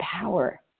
power